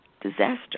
Disaster